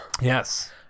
Yes